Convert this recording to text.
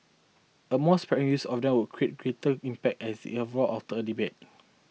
a more sparing use of them would create greater impact as if after all a debate